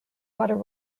water